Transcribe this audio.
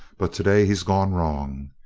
but today he's gone wrong.